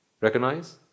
recognize